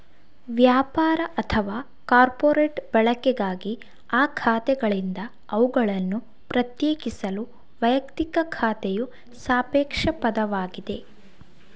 ವ್ಯಾಪಾರ ಅಥವಾ ಕಾರ್ಪೊರೇಟ್ ಬಳಕೆಗಾಗಿ ಆ ಖಾತೆಗಳಿಂದ ಅವುಗಳನ್ನು ಪ್ರತ್ಯೇಕಿಸಲು ವೈಯಕ್ತಿಕ ಖಾತೆಯು ಸಾಪೇಕ್ಷ ಪದವಾಗಿದೆ